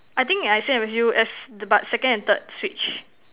I think I same as you as but second and third switch